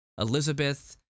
Elizabeth